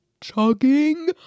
chugging